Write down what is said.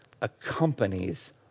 accompanies